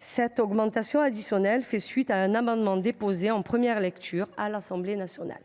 Cette augmentation additionnelle fait suite à un amendement déposé en première lecture à l’Assemblée nationale.